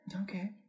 Okay